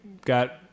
got